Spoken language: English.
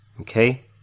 Okay